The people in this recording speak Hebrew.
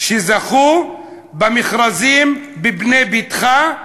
שזכו במכרזים "בנה ביתך",